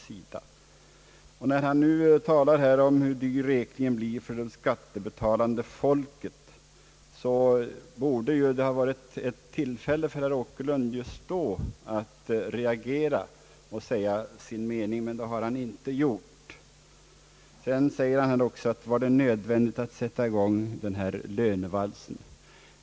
När herr Åkerlund nu talar om hur dyr räkningen blir för det skattebetalande folket, anser jag att det borde ha varit ett tillfälle för herr Åkerlund att just då reagera och säga sin mening. Det har han sålunda inte gjort. Vidare frågar herr Åkerlund: Var det nödvändigt att sätta i gång denna lönevals?